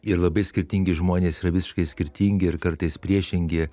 ir labai skirtingi žmonės yra visiškai skirtingi ir kartais priešingi